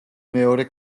მეორე